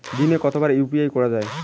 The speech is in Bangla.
দিনে কতবার ইউ.পি.আই করা যাবে?